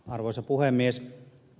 arvoisa puhemies